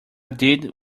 did